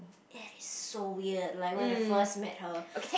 and it's so weird like when I first met her